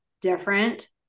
different